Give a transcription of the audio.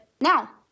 now